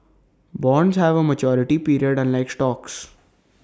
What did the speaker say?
bonds have A maturity period unlike stocks